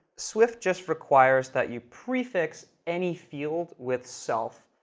swift just requires that you prefix any field with self,